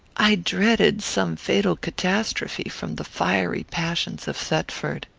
i dreaded some fatal catastrophe from the fiery passions of thetford.